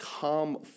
come